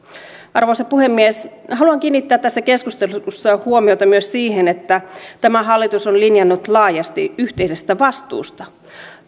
arvoisa puhemies haluan kiinnittää tässä keskustelussa huomiota myös siihen että tämä hallitus on linjannut laajasti yhteisestä vastuusta